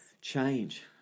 Change